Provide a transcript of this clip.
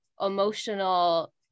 emotional